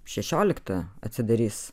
šešioliktą atsidarys